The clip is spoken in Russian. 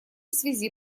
связи